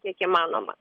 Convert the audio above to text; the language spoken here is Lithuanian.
kiek įmanoma